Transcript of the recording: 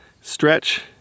stretch